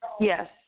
yes